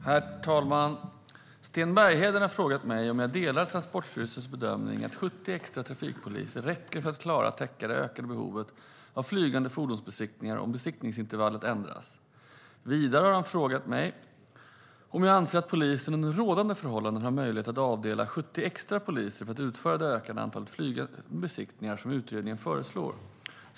Herr talman! Sten Bergheden har frågat mig om jag delar Transportstyrelsens bedömning att 70 extra trafikpoliser räcker för att klara att täcka det ökade behovet av flygande fordonsbesiktningar om besiktningsintervallet ändras. Vidare har han frågat om jag anser att polisen under rådande förhållanden har möjlighet att avdela 70 extra poliser för att utföra det ökade antalet flygande besiktningar som utredningen föreslår.